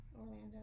Orlando